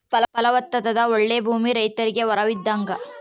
ಫಲವತ್ತಾದ ಓಳ್ಳೆ ಭೂಮಿ ರೈತರಿಗೆ ವರವಿದ್ದಂಗ